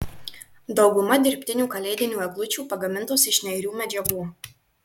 dauguma dirbtinių kalėdinių eglučių pagamintos iš neirių medžiagų